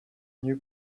new